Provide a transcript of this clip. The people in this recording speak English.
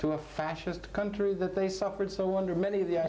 to a fascist country that they suffered so i wonder many of the